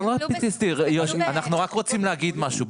לא רק PTSD. אנחנו רק רוצים להגיד משהו.